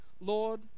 lord